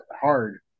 hard